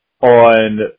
on